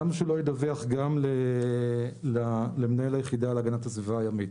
למה שלא ידווח גם למנהל היחידה להגנת הסביבה הימית?